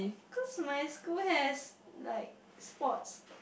because my school has like sport